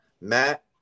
Matt